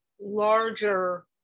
larger